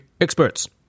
experts